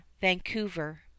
Vancouver